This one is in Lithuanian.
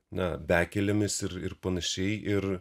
na bekelėmis ir ir panašiai ir